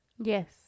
Yes